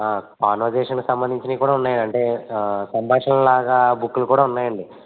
కాన్వర్జేషన్కి సంబంధించినవి కూడా ఉన్నాయి అంటే ఆ సంభాషణ లాగా బుక్కులు కూడా ఉన్నాయండి